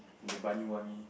the bunny sunny